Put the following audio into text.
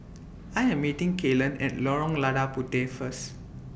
I Am meeting Kelan At Lorong Lada Puteh First